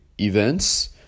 events